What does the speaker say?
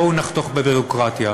בואו נחתוך בביורוקרטיה.